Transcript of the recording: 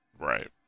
Right